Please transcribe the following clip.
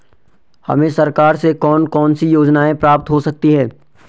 हमें सरकार से कौन कौनसी योजनाएँ प्राप्त हो सकती हैं?